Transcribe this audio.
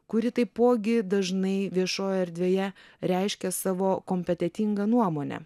kuri taipogi dažnai viešojoje erdvėje reiškia savo kompetentingą nuomonę